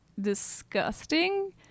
disgusting